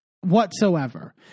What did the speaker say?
whatsoever